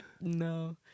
No